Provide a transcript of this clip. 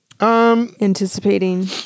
anticipating